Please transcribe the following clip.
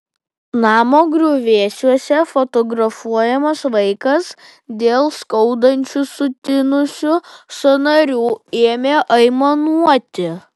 namo griuvėsiuose fotografuojamas vaikas dėl skaudančių sutinusių sąnarių ėmė aimanuoti